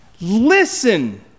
Listen